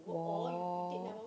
oh